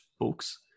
books